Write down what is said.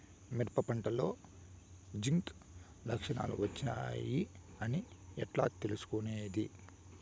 మిరప పంటలో జింక్ లక్షణాలు వచ్చాయి అని ఎట్లా తెలుసుకొనేది?